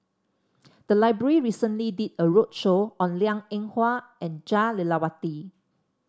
the library recently did a roadshow on Liang Eng Hwa and Jah Lelawati